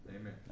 Amen